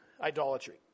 Idolatry